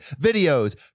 videos